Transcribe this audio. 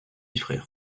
frère